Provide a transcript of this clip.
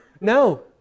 No